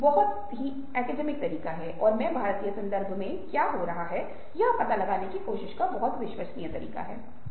और जैसे जैसे हम वयस्क होते जाते हैं हम प्रवृत्ति में निपुण होते जाते हैं और समाज और दुनिया में बेहतर नेविगेट करने के लिए और अधिक अलग हो जाते हैं